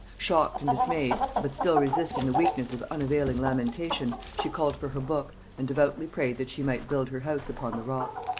shocked and dismayed, but still resisting the weakness of unavailing lamentation, she called for her book, and devoutly prayed that she might build her house upon the rock.